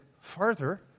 farther